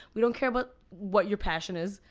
we don't care about what your passion is,